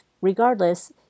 regardless